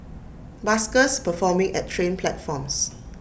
buskers performing at train platforms